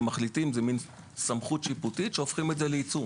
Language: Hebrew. זה מין סמכות שיפוטית, שהופכים את זה לעיצום.